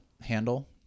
handle